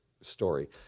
story